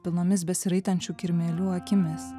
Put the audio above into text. pilnomis besiraitančių kirmėlių akimis